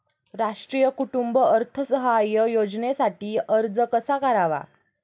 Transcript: राष्ट्रीय कुटुंब अर्थसहाय्य योजनेसाठी अर्ज कसा करावा?